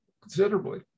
considerably